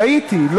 טעיתי.